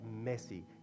messy